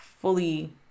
fully